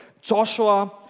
Joshua